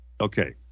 Okay